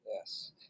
Yes